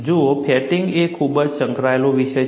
જુઓ ફેટિગ એ ખૂબ જ સંકળાયેલો વિષય છે